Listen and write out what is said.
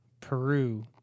Peru